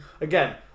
again